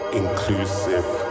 inclusive